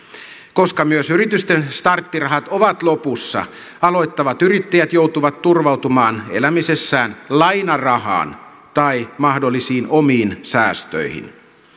koska myös yritysten starttirahat ovat lopussa aloittavat yrittäjät joutuvat turvautumaan elämisessään lainarahaan tai mahdollisiin omiin säästöihin